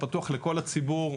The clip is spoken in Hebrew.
הוא פתוח לכל הציבור,